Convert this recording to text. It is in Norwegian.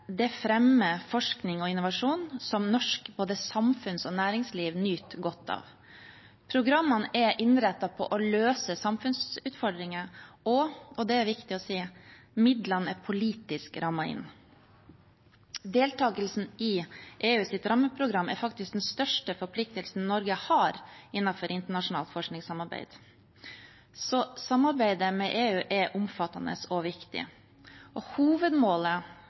Det fremmer forskning og innovasjon som norsk samfunns- og næringsliv nyter godt av. Programmene er innrettet på å løse samfunnsutfordringer, og – det er viktig å si – midlene er politisk rammet inn. Deltakelsen i EUs rammeprogram er faktisk den største forpliktelsen Norge har innenfor internasjonalt forskningssamarbeid, så samarbeidet med EU er omfattende og viktig. Hovedmålet